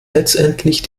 letztendlich